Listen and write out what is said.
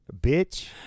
bitch